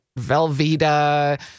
Velveeta